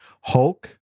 Hulk